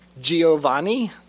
Giovanni